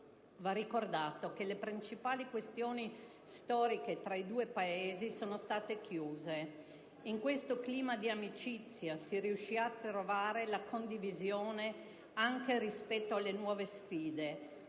Va ricordato che le principali questioni storiche tra i due Paesi sono state chiuse. In questo clima di amicizia si riuscirà a trovare la condivisione anche rispetto alle nuove sfide,